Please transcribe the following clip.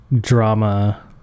drama